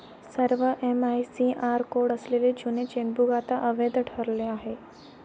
सर्व MICR code असलेले जुने चेकबुक आता अवैध ठरले आहे